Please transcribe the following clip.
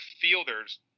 fielders